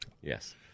Yes